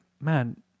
man